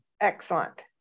excellent